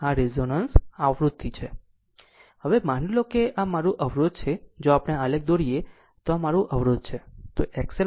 હવે જો માની લો કે આ મારું અવરોધ છે જો આપણે આલેખ દોરીએ તો આ મારું અવરોધ છે